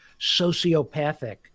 sociopathic